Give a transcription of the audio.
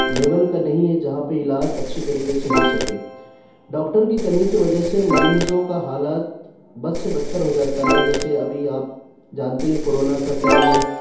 level کا نہیں ہے جہاں پہ علاج اچھی طریقے سے ہو سکے ڈاکٹر کی کمی کے وجہ سے مریضوں کا حالات بد سے بدتر ہو جاتا ہے جیسے ابھی آپ جانتے ہی ہیں کورونا کا ٹائم میں